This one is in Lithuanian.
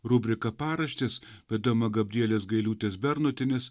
rubrika paraštės vedama gabrielės gailiūtės bernotienės